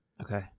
Okay